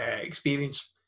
experience